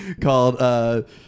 called